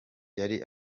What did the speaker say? yari